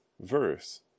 verse